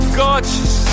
gorgeous